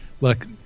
look